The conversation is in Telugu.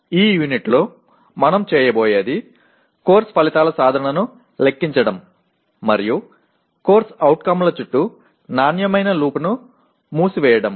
ఈ యూనిట్లో మనం చేయబోయేది కోర్సు ఫలితాల సాధనను లెక్కించడం మరియు CO ల చుట్టూ నాణ్యమైన లూప్ను మూసివేయడం